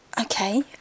Okay